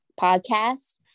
podcast